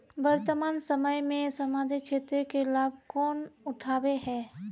वर्तमान समय में सामाजिक क्षेत्र के लाभ कौन उठावे है?